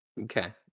Okay